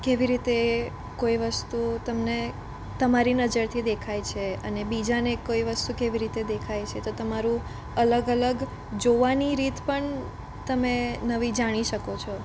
કેવી રીતે કોઈ વસ્તુ તમને તમારી નજરથી દેખાય છે અને બીજાને કોઈ વસ્તુ કેવી રીતે દેખાય છે તો તમારું અલગ અલગ જોવાની રીત પણ તમે નવી જાણી શકો છો